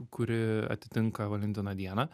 kuri atitinka valentino dieną